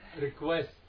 request